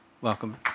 Welcome